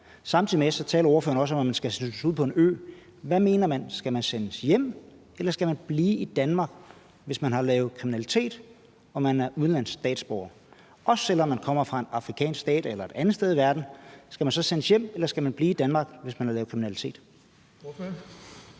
Samtidig taler ordføreren også om, at man skal sendes ud på en ø. Hvad mener man: Skal man sendes hjem, eller skal man blive i Danmark, hvis man har lavet kriminalitet og man er udenlandsk statsborger? Det gælder også, hvis man kommer fra en afrikansk stat eller et andet sted i verden – skal man så sendes hjem, eller skal man blive i Danmark, hvis man har lavet kriminalitet?